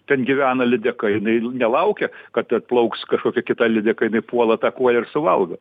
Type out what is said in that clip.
ten gyvena lydeka jinai nelaukia kad atplauks kažkokia kita lydega jinai puola atakuoja ir suvalgo